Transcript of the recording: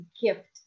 gift